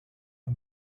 the